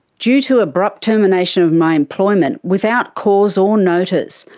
due to abrupt termination of my employment without cause or notice,